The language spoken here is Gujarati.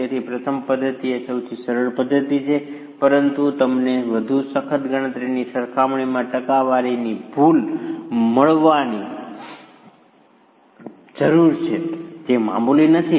તેથી પ્રથમ પદ્ધતિ એ સૌથી સરળ પદ્ધતિ છે પરંતુ તમને વધુ સખત ગણતરીની સરખામણીમાં ટકાવારીની ભૂલ મળવાની જરૂર છે જે મામૂલી નથી